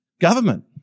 government